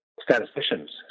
statisticians